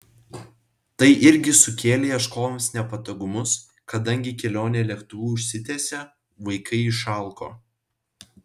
tai irgi sukėlė ieškovams nepatogumus kadangi kelionė lėktuvu užsitęsė vaikai išalko